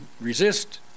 resist